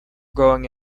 growing